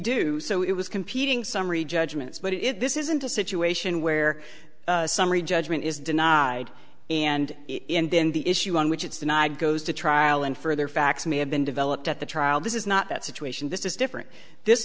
do so it was competing summary judgments but if this isn't a situation where summary judgment is denied and it and then the issue on which it's denied goes to trial and further facts may have been developed at the trial this is not that situation this is different this